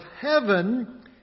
heaven